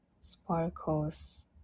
sparkles